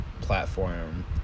platform